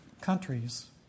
countries